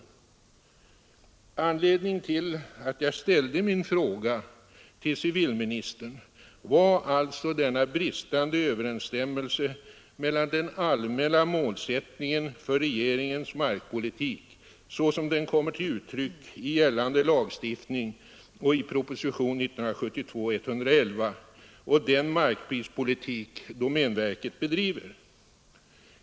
Anledningen till att jag ställde min fråga till civilministern var alltså denna bristande överensstämmelse mellan den allmänna målsättningen för regeringens markpolitik såsom den kommer till uttryck i gällande lagstiftning och i propositionen 111 år 1972 och den markprispolitik som domänverket bedriver.